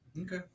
Okay